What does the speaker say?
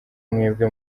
mwebwe